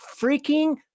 freaking